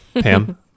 Pam